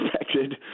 expected